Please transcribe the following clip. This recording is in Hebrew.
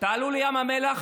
תרדו לים המלח,